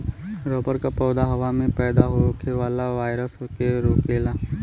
rubber क पौधा हवा में पैदा होखे वाला वायरस के रोकेला